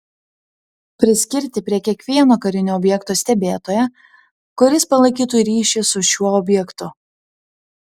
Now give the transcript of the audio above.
priskirti prie kiekvieno karinio objekto stebėtoją kuris palaikytų ryšį su šiuo objektu